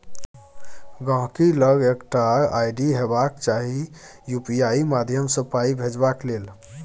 गांहिकी लग एकटा आइ.डी हेबाक चाही यु.पी.आइ माध्यमसँ पाइ भेजबाक लेल